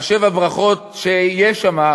שבע הברכות שיהיו שם,